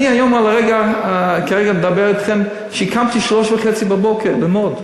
אני היום, כרגע מדבר אתכם, כשקמתי ב-03:30 ללמוד.